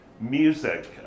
music